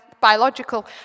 biological